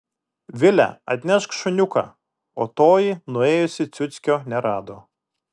vile atnešk šuniuką o toji nuėjusi ciuckio nerado